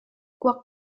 kuak